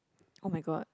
[oh]-my-god